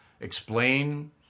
explain